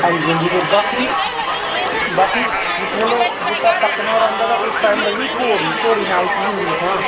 हांजी हांजी ते बाकी बाकी जिस बेल्लै बूह्टा पक्कनै पर औंदा तां उस टाइम लगदी घोड़ी घोड़ी नाली चीज होंदी दिक्खो हां